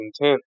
intent